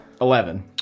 Eleven